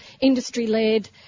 industry-led